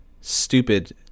stupid